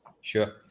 Sure